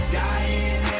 dying